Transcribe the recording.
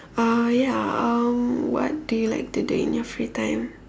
uh ya um what do you like to do in your free time